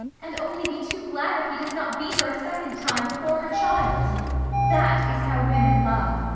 and only be too glad if he does not beat her a second time before her child that is how women love.